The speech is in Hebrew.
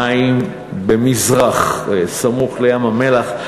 מים במזרח סמוך לים-המלח,